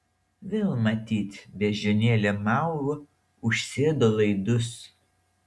vėl matyt beždžionėlė mao užsėdo laidus